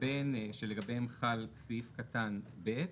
לגביהם חל סעיף קטן (ב),